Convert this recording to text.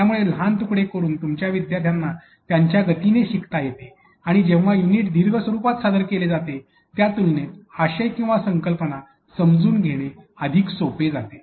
त्यामुळे लहान तुकडे करून तुमच्या विद्यार्थ्यांना त्याच्या गतीने शिकता येते आणि जेव्हा युनिट दीर्घ स्वरूपात सादर केले जाते त्या तुलनेत आशय किंवा संकल्पना समजून घेणे अधिक सोपे जाते